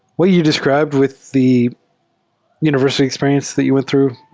what you described with the univers ity experience that you went through,